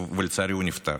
ולצערי, הוא נפטר,